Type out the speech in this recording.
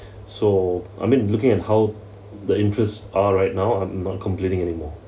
so I mean looking at how the interest are right now I'm not complaining anymore